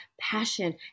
passion